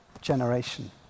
generation